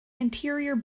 anterior